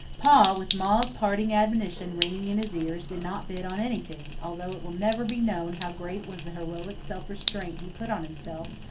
pa, with ma's parting admonition ringing in his ears, did not bid on anything, although it will never be known how great was the heroic self-restraint he put on himself,